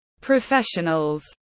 professionals